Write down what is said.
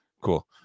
Cool